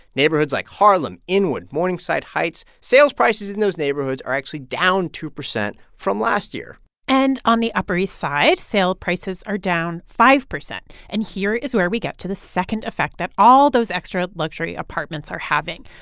neighborhoods like harlem, inwood, morningside heights sales prices in those neighborhoods are actually down two percent from last year and on the upper east side, sales prices are down five percent. and here is where we get to the second effect that all those extra luxury apartments are having.